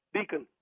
Deacon